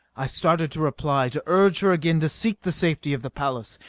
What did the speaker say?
i started to reply, to urge her again to seek the safety of the palace.